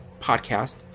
podcast